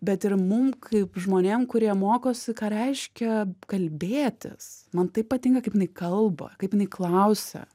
bet ir mum kaip žmonėm kurie mokosi ką reiškia kalbėtis man tai patinka kaip jinai kalba kaip jinai klausia